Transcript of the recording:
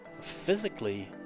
physically